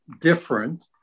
different